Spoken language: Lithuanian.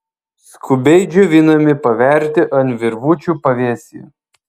skubiai džiovinami paverti ant virvučių pavėsyje